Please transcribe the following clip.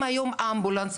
אם היום אמבולנס,